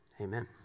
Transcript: Amen